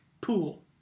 pool